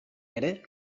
ere